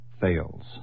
fails